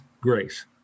grace